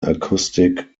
acoustic